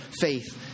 faith